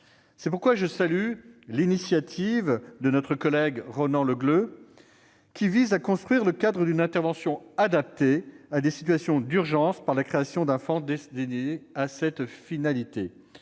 C'est pourquoi je salue l'initiative de Ronan Le Gleut, qui vise à construire le cadre d'une intervention adaptée à des situations d'urgence par la création d'un fonds destiné à cette finalité.